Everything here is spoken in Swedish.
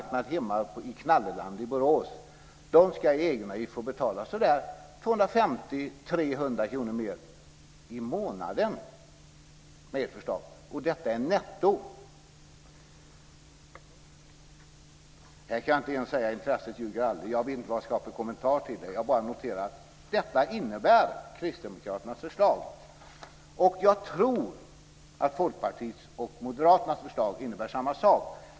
Knalleland, i Borås, ska få betala 250-300 kr mer i månaden i egenavgift, och detta är netto. Här kan jag inte ens säga att intresset aldrig ljuger. Jag vet inte vad jag ska ha för kommentar till detta. Jag noterar bara att detta innebär Kristdemokraternas förslag, och jag tror att Folkpartiets och Moderaternas förslag innebär samma sak.